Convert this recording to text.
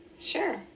Sure